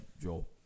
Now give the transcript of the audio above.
Joel